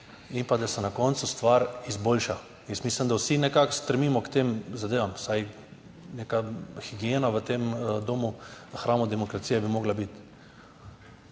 in pa, da se na koncu stvar izboljša. Jaz mislim, da vsi nekako stremimo k tem zadevam, vsaj neka higiena v tem domu, v hramu demokracije bi morala biti.